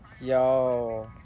Yo